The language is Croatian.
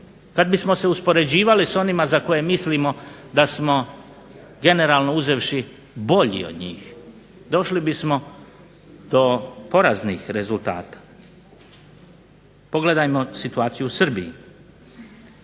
Kada bismo se uspoređivali s onima za koje mislimo da smo generalno uzevši bolji od njih došli bismo do poraznih rezultata. Pogledajmo situaciju u Srbiji.